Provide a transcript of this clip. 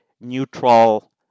neutral